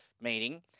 meeting